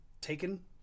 taken